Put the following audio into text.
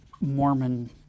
Mormon